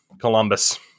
Columbus